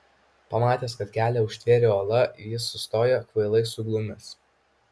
pamatęs kad kelią užtvėrė uola jis sustojo kvailai suglumęs